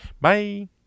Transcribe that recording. Bye